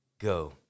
go